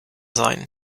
sein